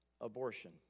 abortion